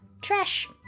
trash